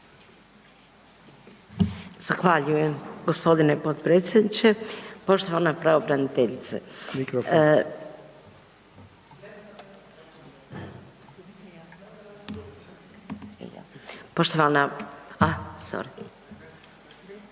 Zahvaljujem g. potpredsjedniče. Poštovana pravobraniteljice,